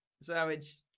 sandwich